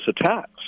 attacks